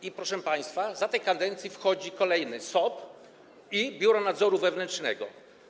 I, proszę państwa, za tej kadencji dochodzą kolejne: SOP i Biuro Nadzoru Wewnętrznego.